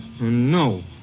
No